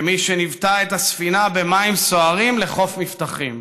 כמי שניווטה את הספינה במים סוערים לחוף מבטחים.